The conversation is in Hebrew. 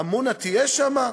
עמונה תהיה שם?